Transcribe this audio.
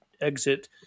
exit